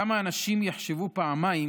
כמה אנשים יחשבו פעמיים